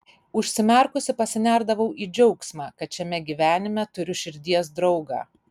užsimerkusi pasinerdavau į džiaugsmą kad šiame gyvenime turiu širdies draugą